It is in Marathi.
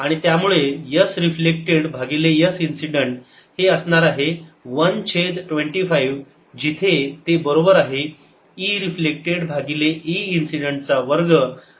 S रिफ्लेक्टेड भागिले S इन्सिडेंट हे असणार आहे 1 छेद 25 जिथे ते बरोबर आहे E रिफ्लेक्टेड भागिले E इन्सिडेंट चा वर्ग